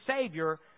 Savior